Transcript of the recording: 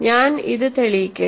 ഞാൻ ഇത് തെളിയിക്കട്ടെ